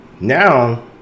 now